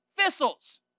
thistles